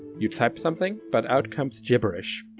you type something, but out comes gibberish.